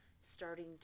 starting